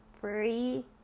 free